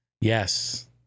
Yes